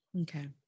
Okay